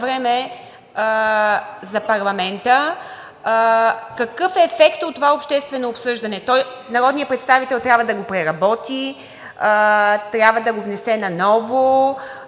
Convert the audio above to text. време за парламента? Какъв е ефектът от това обществено обсъждане – народният представител трябва да го преработи, трябва да го внесе наново